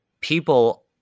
people